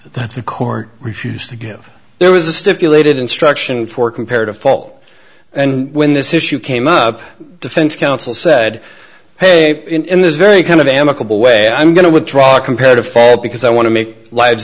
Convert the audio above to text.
that the court refused to give there was a stipulated instruction for comparative fault and when this issue came up defense counsel said hey in this very kind of amicable way i'm going to withdraw compared to fall because i want to make lives